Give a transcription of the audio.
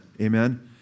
Amen